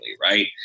right